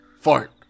fart